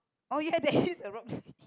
oh yeah there is a rock there